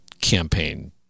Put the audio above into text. campaign